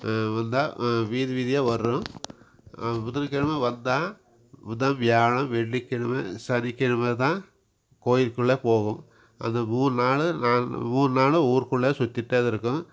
வந்தால் வீதி வீதியா வரும் புதன் கிழமை வந்தால் புதன் வியாழன் வெள்ளிக் கிழமை சனிக் கிழமை தான் கோவில்குள்ளே போகும் அந்த மூணு நாளும் நால் மூணு நாளும் ஊர் குள்ள சுற்றிட்டே தான் இருக்கும்